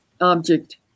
object